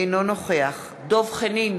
אינו נוכח דב חנין,